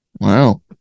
wow